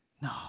No